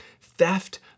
theft